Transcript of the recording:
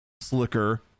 Slicker